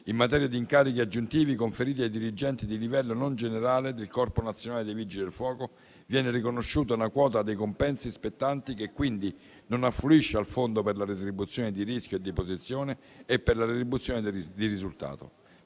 In materia di incarichi aggiuntivi conferiti ai dirigenti di livello non generale del Corpo nazionale dei vigili del fuoco, viene riconosciuta una quota dei compensi spettanti, che quindi non affluisce al fondo per la retribuzione di rischio e di posizione e per la retribuzione di risultato.